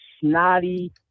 snotty